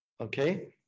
okay